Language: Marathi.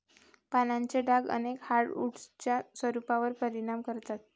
पानांचे डाग अनेक हार्डवुड्सच्या स्वरूपावर परिणाम करतात